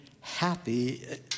happy